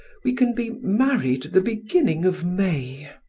we can be married the beginning of may.